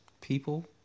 people